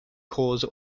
cause